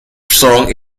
strong